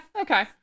Okay